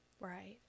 Right